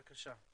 בבקשה.